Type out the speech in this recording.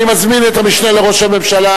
אני מזמין את המשנה לראש הממשלה,